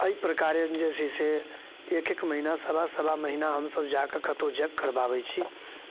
अइ प्रकारेण जे छै से एक एक महीना सवा सवा महीना हमसब जाकऽ कतौ जग करबाबै छी